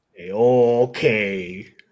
Okay